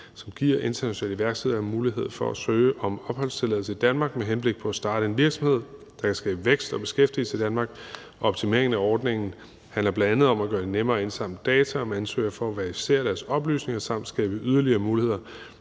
som giver internationale iværksættere mulighed for at søge om opholdstilladelse i Danmark med henblik på at starte en virksomhed, der kan skabe vækst og beskæftigelse i Danmark. Optimeringen af ordningen handler bl.a. om at gøre det nemmere at indsamle data om ansøgere for at verificere deres oplysninger samt skabe yderligere muligheder